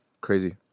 Crazy